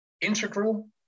integral